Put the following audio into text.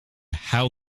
how